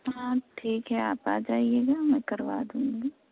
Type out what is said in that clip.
ہاں ٹھیک ہے آپ آ جائیے گا میں کروا دوں گی